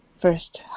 first